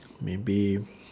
maybe